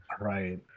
Right